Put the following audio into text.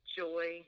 joy